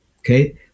Okay